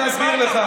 אני אסביר לך.